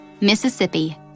Mississippi